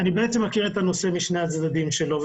אני בעצם מכיר את הנושא משני הצדדים שלו.